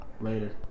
Later